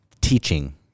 teaching